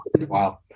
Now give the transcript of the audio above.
wow